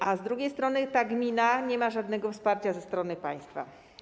A z drugiej strony ta gmina nie ma żadnego wsparcia ze strony państwa.